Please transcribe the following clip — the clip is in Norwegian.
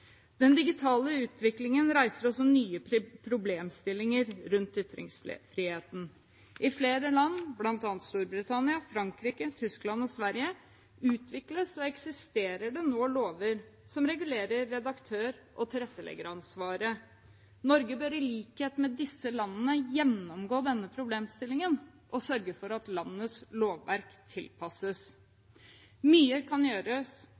Den digitale utviklingen reiser også nye problemstillinger rundt ytringsfriheten. I flere land, bl.a. Storbritannia, Frankrike, Tyskland og Sverige, utvikles og eksisterer det nå lover som regulerer redaktør- og tilretteleggeransvaret. Norge bør i likhet med disse landene gjennomgå denne problemstillingen og sørge for at landets lovverk tilpasses. Mye kan gjøres